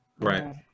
right